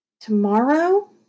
Tomorrow